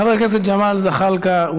חבר הכנסת ג'מאל זחאלקה.